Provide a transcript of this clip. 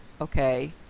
okay